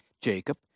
Jacob